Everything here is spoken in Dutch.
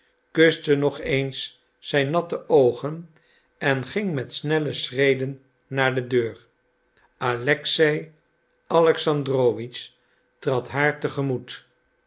kuste nog eens zijn natte oogen en ging met snelle schreden naar de deur alexei alexandrowitsch trad haar